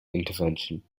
intervention